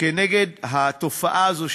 נגד התופעה הזאת,